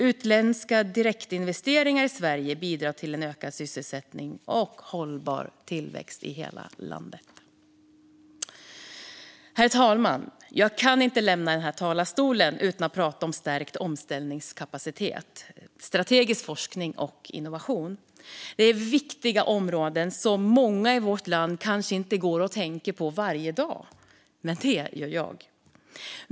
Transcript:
Utländska direktinvesteringar i Sverige bidrar till ökad sysselsättning och hållbar tillväxt i hela landet. Herr talman! Jag kan inte lämna denna talarstol utan att prata om stärkt omställningskapacitet, strategisk forskning och innovation. Det är viktiga områden som många i vårt land kanske inte går och tänker på varje dag. Men det gör jag.